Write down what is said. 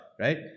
right